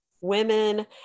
women